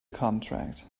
contract